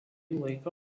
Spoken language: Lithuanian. laiką